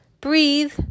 breathe